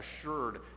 assured